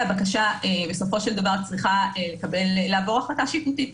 והבקשה צריכה לעבור החלטה שיפוטית,